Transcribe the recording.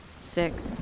Six